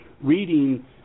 reading